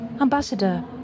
Ambassador